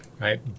right